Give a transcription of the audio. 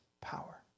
power